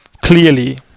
clearly